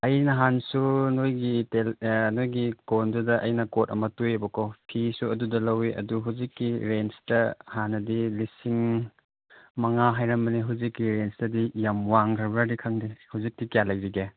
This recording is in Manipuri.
ꯑꯩ ꯅꯍꯥꯟꯁꯨ ꯅꯣꯏꯒꯤ ꯅꯣꯏꯒꯤ ꯀꯣꯟꯗꯨꯗ ꯑꯩꯅ ꯀꯣꯠ ꯑꯃ ꯇꯨꯏꯑꯕꯀꯣ ꯐꯤꯁꯨ ꯑꯗꯨꯗ ꯂꯧꯋꯤ ꯑꯗꯨ ꯍꯧꯖꯤꯛꯀꯤ ꯔꯦꯟꯖꯇ ꯍꯥꯟꯅꯗꯤ ꯂꯤꯁꯤꯡ ꯃꯉꯥ ꯍꯥꯏꯔꯝꯕꯅꯦ ꯍꯧꯖꯤꯛꯀꯤ ꯔꯦꯟꯖꯇꯗꯤ ꯌꯥꯝ ꯋꯥꯡꯈ꯭ꯔꯕꯗꯤ ꯈꯪꯗꯦ ꯍꯧꯖꯤꯛꯇꯤ ꯀꯌꯥ ꯂꯩꯔꯤꯒꯦ